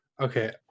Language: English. Okay